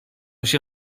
się